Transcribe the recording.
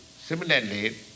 Similarly